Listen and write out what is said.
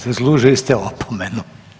Zaslužili ste opomenu.